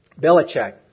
Belichick